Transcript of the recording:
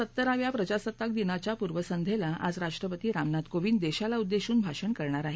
सत्तराव्या प्रजासत्ताक दिनाच्या पूर्वसंध्येला आज राष्ट्रपती रामनाथ कोविंद देशाला उद्देशून भाषण करणार आहेत